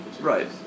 right